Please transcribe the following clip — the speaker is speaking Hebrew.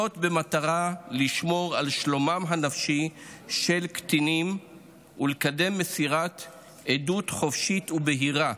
במטרה לשמור על שלומם הנפשי של קטינים ולקדם מסירת עדות חופשית ובהירה,